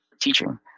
teaching